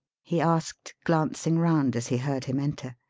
he asked, glancing round as he heard him enter.